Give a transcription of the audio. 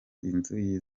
inzu